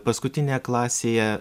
paskutinėje klasėje